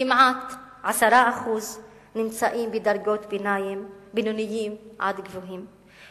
כמעט 10% נמצאים בדרגות ביניים בינוניות עד גבוהות,